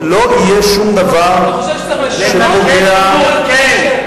לא יהיה שום דבר שפוגע, אני חושב שצריך לשנות, כן.